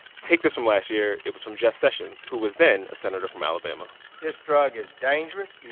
take this from last year. it was from jeff sessions, who was then a senator from alabama this drug is dangerous.